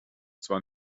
zwar